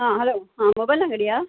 ಹಾಂ ಹಲೋ ಹಾಂ ಮೊಬೈಲ್ ಅಂಗಡಿಯಾ